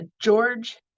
George